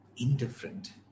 indifferent